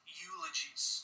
eulogies